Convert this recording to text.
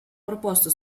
proposto